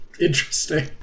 interesting